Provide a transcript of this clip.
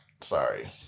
sorry